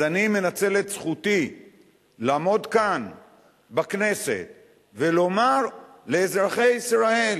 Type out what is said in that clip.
אז אני מנצל את זכותי לעמוד כאן בכנסת ולומר לאזרחי ישראל: